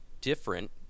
different